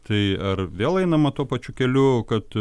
tai ar vėl einama tuo pačiu keliu kad